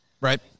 right